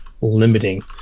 limiting